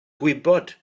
gwybod